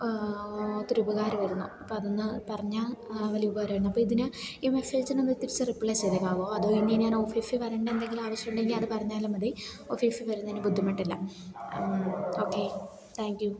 അതൊരുപകാരമായിരുന്നു അപ്പം അതെന്നു പറഞ്ഞ വലിയ ഉപകാരമായിരുന്നു അപ്പം ഇതിന് ഈ മെസ്സേജിനൊന്നു തിരിച്ച് റിപ്ലേ ചെയ്തേക്കാമോ അതോ ഇനി ഞാൻ ഓഫീസിൽ വരേണ്ട എന്തെങ്കിലും ആവശ്യമുണ്ടെങ്കിൽ അത് പറഞ്ഞാലും മതി ഓഫീസിൽ വരുന്നതിന് ബുദ്ധിമുട്ടില്ല ഓക്കെ താങ്ക് യൂ